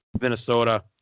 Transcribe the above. Minnesota